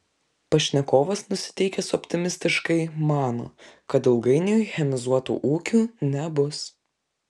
pašnekovas nusiteikęs optimistiškai mano kad ilgainiui chemizuotų ūkių nebus